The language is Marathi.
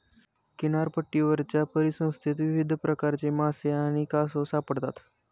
किनारपट्टीवरच्या परिसंस्थेत विविध प्रकारचे मासे आणि कासव सापडतात